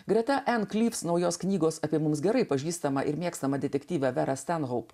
greta en klyvs naujos knygos apie mums gerai pažįstamą ir mėgstamą detektyvo verą stenhoup